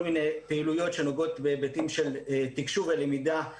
מיני פעילויות שנוגעות בהיבטים של תקשוב ולמידה מתוקשבת,